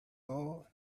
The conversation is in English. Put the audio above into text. all